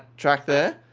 track there?